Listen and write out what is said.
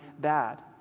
bad